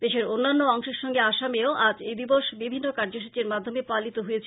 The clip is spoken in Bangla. দেশের অন্যান্য অংশের সংগে আসামে ও আজ এই দিবস বিভিন্ন কার্যসূচীর মাধ্যমে পালিত হয়েছে